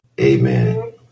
Amen